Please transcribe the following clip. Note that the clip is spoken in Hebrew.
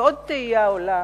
ועוד תהייה עולה,